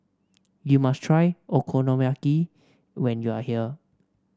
you must try Okonomiyaki when you are here